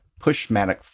Pushmatic